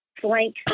flank